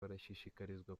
barashishikarizwa